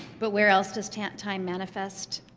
but where else does time time manifest?